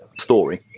story